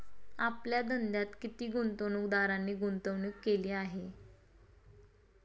आपल्या धंद्यात किती गुंतवणूकदारांनी गुंतवणूक केली आहे?